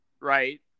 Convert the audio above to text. right